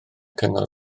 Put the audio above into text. cyngor